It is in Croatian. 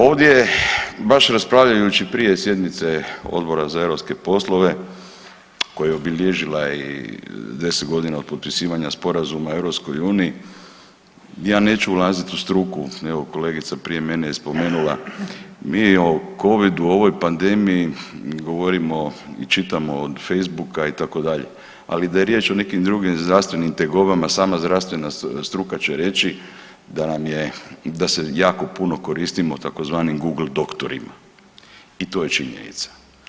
Ovdje baš raspravljajući prije sjednice Odbora za europske poslove koja je obilježila i 10.g. od potpisivanja sporazuma EU, ja neću ulazit u struku, evo kolegica prije mene je spomenula mi o covidu u ovoj pandemiji govorimo i čitamo od Facebooka itd., ali da je riječ o nekim drugim zdravstvenim tegobama sama zdravstvena struka će reći da nam je, da se jako puno koristimo tzv. google doktorima i to je činjenica.